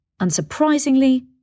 Unsurprisingly